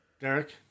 Derek